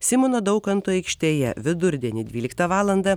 simono daukanto aikštėje vidurdienį dvyliktą valandą